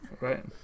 right